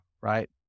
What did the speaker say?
right